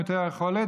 במעוטי היכולת